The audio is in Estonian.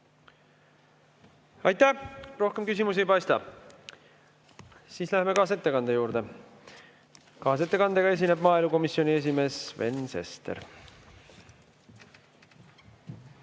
Aitäh! Rohkem küsimusi ei paista. Siis läheme kaasettekande juurde. Kaasettekandega esineb maaelukomisjoni esimees Sven Sester.